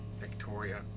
Victoria